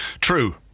True